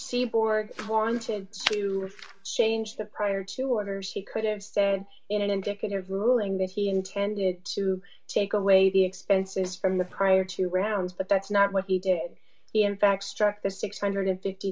seaboard wanted to change the prior to others he couldn't stand in an indicative ruling that he intended to take away the expenses from the prior to rounds but that's not what he did he in fact struck the six hundred and fifty